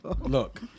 Look